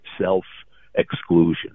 self-exclusion